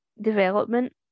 development